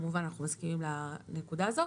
אנחנו כמובן מסכימים לנקודה הזו.